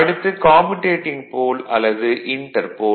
அடுத்து commutating pole அல்லது inter போல்